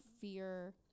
fear